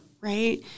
right